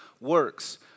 works